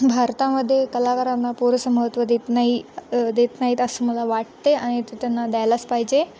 भारतामध्ये कलाकारांना पुरेसं महत्त्व देत नाही देत नाहीत असं मला वाटते आणि ते त्यांना द्यायलाच पाहिजे